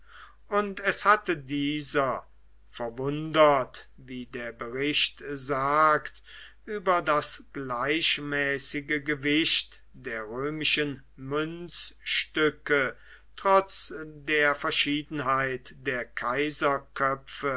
und es hatte dieser verwundert wie der bericht sagt über das gleichmäßige gewicht der römischen münzstücke trotz der verschiedenheit der